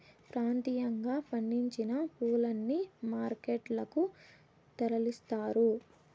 ప్రాంతీయంగా పండించిన పూలని మార్కెట్ లకు తరలిస్తారు